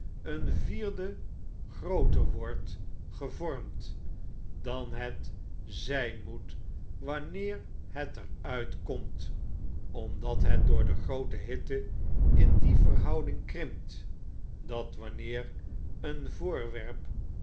een vierde grooter wordt gevormd dan het zyn moet wanneer het er uit komt omdat het door de groote hitte in die verhouding krimpt dat wanneer een voorwerp